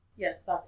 Yes